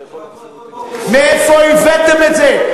מאיפה הבאתם את זה?